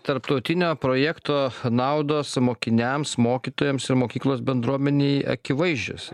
tarptautinio projekto naudos mokiniams mokytojams ir mokyklos bendruomenei akivaizdžios